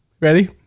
Ready